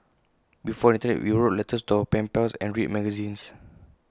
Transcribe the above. before the Internet we wrote letters to our pen pals and read magazines